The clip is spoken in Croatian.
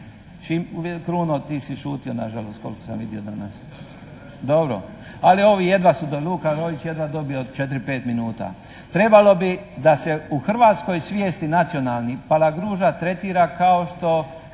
Kruno ti si šutio na žalost koliko sam vidio danas. … /Upadica se ne čuje./ … Dobro. Ali ovi jedva su, Luka Roić jedva dobio 4-5 minuta. Trebalo bi da se u hrvatskoj svijest i nacionalni, Palagruža tretira kao što